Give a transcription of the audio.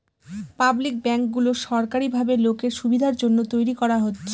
public ব্যাঙ্কগুলো সরকারি ভাবে লোকের সুবিধার জন্য তৈরী করা হচ্ছে